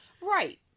Right